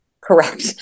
Correct